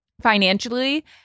financially